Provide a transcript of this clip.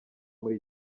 muri